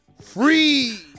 free